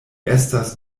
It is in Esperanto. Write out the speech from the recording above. estas